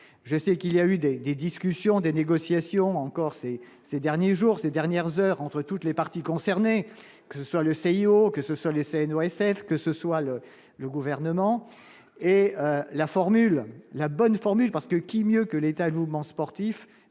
je sais qu'il y a eu des discussions des négociations encore ces ces derniers jours, ces dernières heures entre toutes les parties concernées, que ce soit le CIO, que ce soit les scènes au SF, que ce soit le le gouvernement et la formule la bonne formule parce que qui mieux que l'État et mouvements sportifs